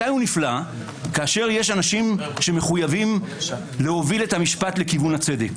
מתי נפלא כשיש אנשים שמחויבים להוביל את המשפט לכיוון הצדק.